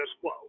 quo